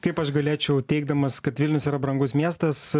kaip aš galėčiau teigdamas kad vilnius yra brangus miestas